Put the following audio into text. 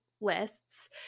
lists